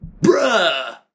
bruh